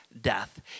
death